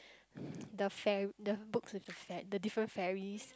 the fair the books with the fair the different fairies